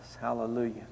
Hallelujah